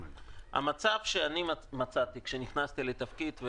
המצב שאני מצאתי כשנכנסתי לתפקיד,